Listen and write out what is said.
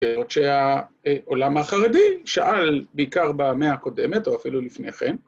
בשעוד שהעולם החרדי שאל, בעיקר במאה הקודמת או אפילו לפני כן,